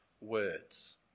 words